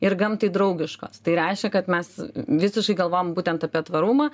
ir gamtai draugiškos tai reiškia kad mes visiškai galvojam būtent apie tvarumą